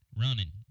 Running